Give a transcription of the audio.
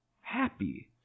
Happy